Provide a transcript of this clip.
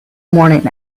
morning